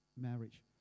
marriage